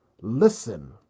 listen